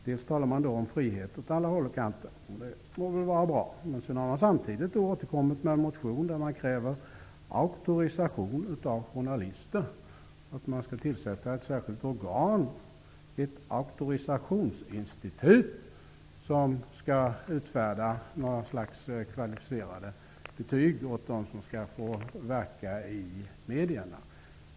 Man talar om frihet åt alla håll och kanter -- och det må väl vara bra -- men samtidigt har man väckt en motion där man kräver auktorisation av journalister. Man vill tillsätta ett särskilt organ, ett auktorisationsinstitut, som skall utfärda några slags kvalificerade betyg åt dem som skall få verka i medierna.